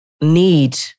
need